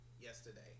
yesterday